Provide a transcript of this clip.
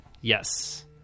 Yes